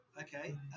Okay